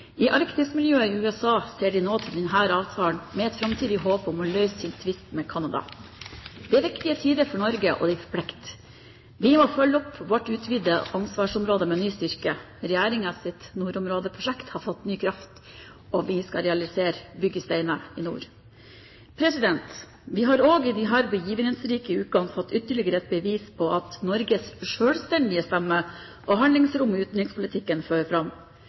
I arktismiljøet i USA ser de nå på denne avtalen med et framtidig håp om å løse sin tvist med Canada. Dette er viktige tider for Norge, og det forplikter. Vi må følge opp vårt utvidede ansvarsområde med ny styrke. Regjeringens nordområdeprosjekt har fått ny kraft, og vi skal realisere Nye byggesteiner i nord. Vi har også i disse begivenhetsrike ukene fått ytterligere et bevis på at Norges selvstendige stemme og handlingsrom i utenrikspolitikken fører fram.